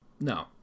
no